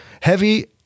Heavy